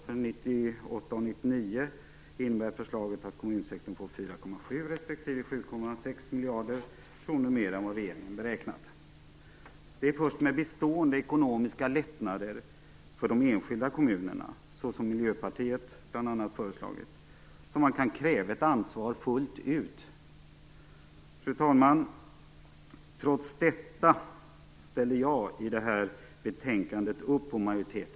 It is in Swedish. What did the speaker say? För 1998 och respektive 7,6 miljarder kronor mer än vad regeringen har beräknat. Det är först med bestående ekonomiska lättnader för de enskilda kommunerna - såsom Miljöpartiet har föreslagit - som man kan kräva ett ansvar fullt ut. Fru talman! Trots detta ställer jag mig bakom majoritetens förslag i det här betänkandet.